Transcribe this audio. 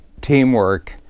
teamwork